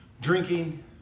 drinking